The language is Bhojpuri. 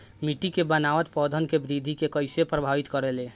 मिट्टी के बनावट पौधन के वृद्धि के कइसे प्रभावित करे ले?